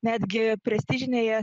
netgi prestižinėje